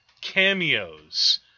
cameos